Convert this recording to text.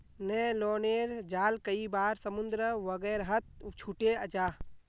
न्य्लोनेर जाल कई बार समुद्र वगैरहत छूटे जाह